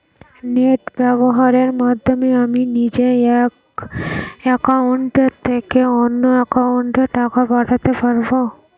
Net ব্যবহারের মাধ্যমে আমি নিজে এক অ্যাকাউন্টের থেকে অন্য অ্যাকাউন্টে টাকা পাঠাতে পারব?